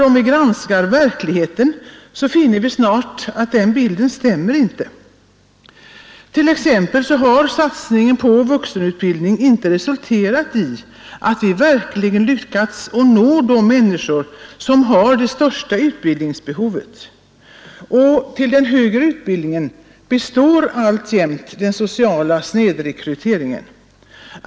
Om vi granskar verkligheten, finner vi snart att den bilden inte stämmer. Exempelvis har satsningen på vuxenutbildning inte resulterat i att vi verkligen lyckas nå de människor som har det största utbildningsbehovet, och i fråga om den högre utbildningen består alltjämt den sociala snedrekryteringen.